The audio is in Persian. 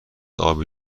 آبی